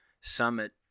Summit